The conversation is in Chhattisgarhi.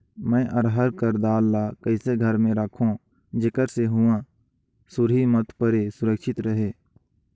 मैं अरहर कर दाल ला कइसे घर मे रखों जेकर से हुंआ सुरही मत परे सुरक्षित रहे?